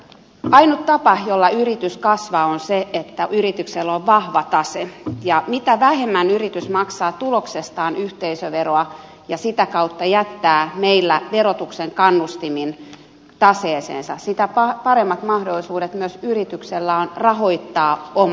ainut tapa jolla yritys kasvaa on se että yrityksellä on vahva tase ja mitä vähemmän yritys maksaa tuloksestaan yhteisöveroa ja sitä kautta jättää meillä verotuksen kannustimin taseeseensa sitä paremmat mahdollisuudet myös yrityksellä on rahoittaa oma kasvunsa